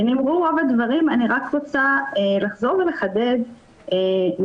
נאמרו רוב הדברים ואני רק רוצה לחזור ולחדד נקודה